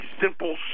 simple